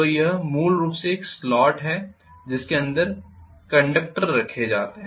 तो यह मूल रूप से एक स्लॉट है जिसके अंदर कंडक्टर रखे जाते हैं